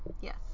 Yes